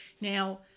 Now